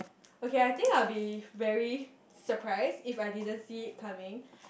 okay I think I'll be very surprised if I didn't see it coming